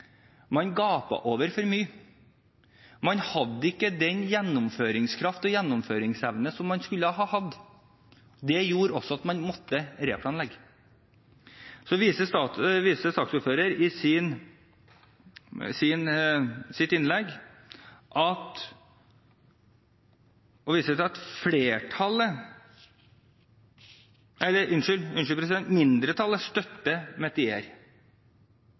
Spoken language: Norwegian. man for ambisiøs. Jeg er enig med saksordføreren. Man gapte over for mye – man hadde ikke den gjennomføringskraften og den gjennomføringsevnen som man skulle ha hatt. Det gjorde at man måtte replanlegge. Så viser saksordføreren i sitt innlegg til at mindretallet støtter Metier.